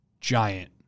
giant